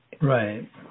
Right